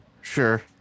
sure